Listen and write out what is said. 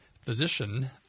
physician